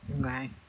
Okay